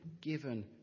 given